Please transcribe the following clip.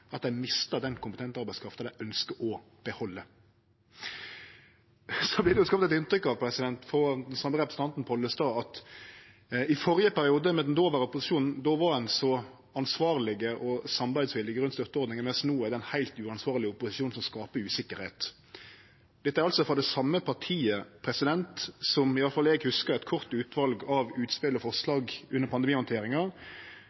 at dei mistar den kompetente arbeidskrafta dei ønskjer å behalde. Så vert det skapt eit inntrykk av, av representanten Pollestad, at i førre periode var den dåverande opposisjonen svært ansvarleg og samarbeidsvillig i samband med støtteordningane, mens no er det ein heilt uansvarleg opposisjon som skaper usikkerheit. Dette kjem altså frå det same partiet som – iallfall slik eg hugsar det – hadde nokre utspel og